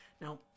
Now